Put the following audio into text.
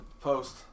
Post